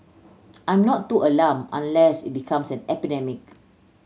I'm not too alarmed unless it becomes an epidemic